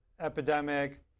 epidemic